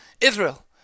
Israel